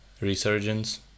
resurgence